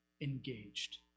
engaged